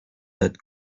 that